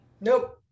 Nope